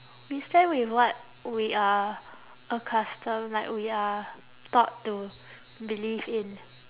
we stand with what we are accustomed like we are taught to believe in